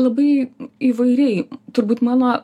labai įvairiai turbūt mano